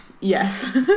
Yes